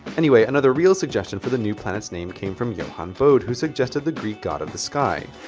anyway, another real suggestion for the new planets name came from johann bode who suggested the greek god of the sky.